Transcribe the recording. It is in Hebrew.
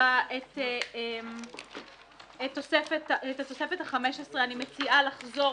להצבעה את התוספת ה-15, אני מציעה לחזור